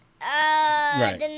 Right